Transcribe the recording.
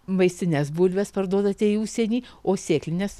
vaisines bulves parduodate į užsienį o sėklines